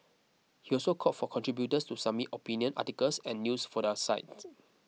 he also called for contributors to submit opinion articles and news for the site